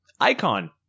Icon